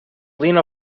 lena